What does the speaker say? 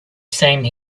same